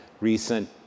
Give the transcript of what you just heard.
recent